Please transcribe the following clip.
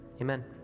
amen